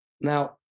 Now